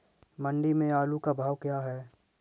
मंडी में आलू का भाव क्या है?